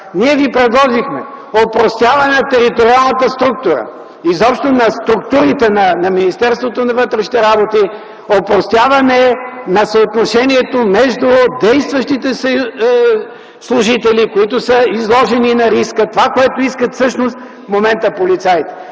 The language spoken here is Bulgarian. Ние Ви предложихме опростяване на териториалната структура, изобщо на структурите на Министерството на вътрешните работи, опростяване на съотношението между действащите служители, които са изложени на риска, това, което искат всъщност в момента полицаите.